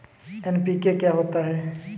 NPK क्या होता है?